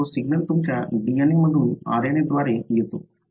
तर तो सिग्नल तुमच्या DNA मधून RNA द्वारे येतो